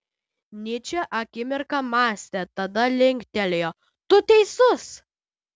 nyčė akimirką mąstė tada linktelėjo tu teisus